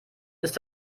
ist